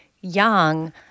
young